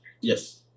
yes